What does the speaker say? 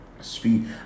speed